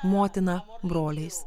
motina broliais